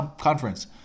conference